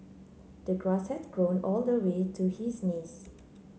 the grass had grown all the way to his knees